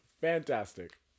fantastic